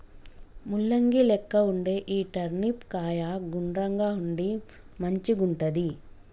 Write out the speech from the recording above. ముల్లంగి లెక్క వుండే ఈ టర్నిప్ కాయ గుండ్రంగా ఉండి మంచిగుంటది